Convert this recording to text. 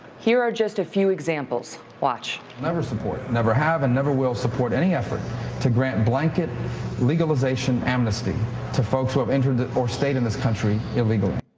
here are just a few examples. watch. never support. never have and never will support any effort to grant blanket legalization amnesty to folks who have entered, or stayed in this country illegally.